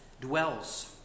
dwells